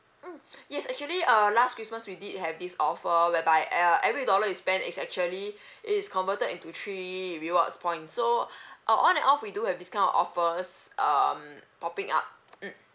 mm yes actually uh last christmas we did have this offer whereby uh every dollar you spend is actually it's converted into three rewards points so uh on and off we do have this kind of offers um popping up mm